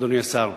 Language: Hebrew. אדוני השר,